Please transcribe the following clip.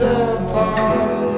apart